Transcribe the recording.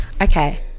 Okay